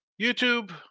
YouTube